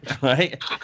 right